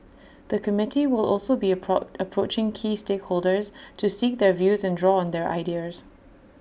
the committee will also be A pro approaching key stakeholders to seek their views and draw on their ideas